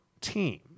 team